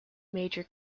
major